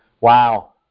Wow